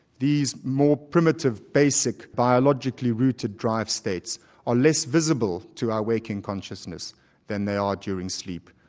these more primitive, basic, biologically rooted drive states are less visible to our waking consciousness than they are during sleep,